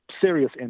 serious